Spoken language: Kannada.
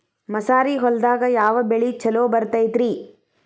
ಮಸಾರಿ ಹೊಲದಾಗ ಯಾವ ಬೆಳಿ ಛಲೋ ಬರತೈತ್ರೇ?